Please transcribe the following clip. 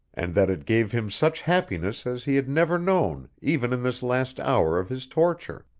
and that it gave him such happiness as he had never known even in this last hour of his torture!